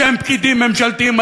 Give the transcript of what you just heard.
שהם פקידים ממשלתיים,